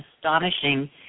astonishing